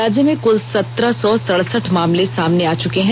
राज्य में कुल सत्रह सौ सड़सठ मामले सामने आ चुके हैं